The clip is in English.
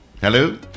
Hello